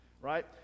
right